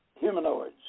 Humanoids